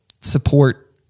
support